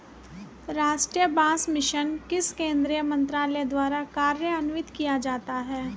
राष्ट्रीय बांस मिशन किस केंद्रीय मंत्रालय द्वारा कार्यान्वित किया जाता है?